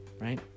right